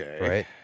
right